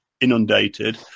inundated